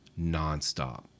nonstop